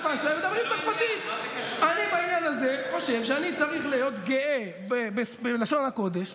אני בעניין הזה חושב שאני צריך להיות גאה בלשון הקודש,